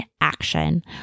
action